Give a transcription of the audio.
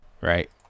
Right